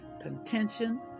contention